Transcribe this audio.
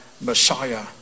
Messiah